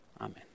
amen